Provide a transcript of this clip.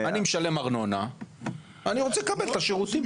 אני משלם ארנונה, אני רוצה לקבל את השירותים.